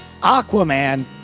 Aquaman